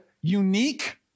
unique